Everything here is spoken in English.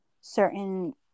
certain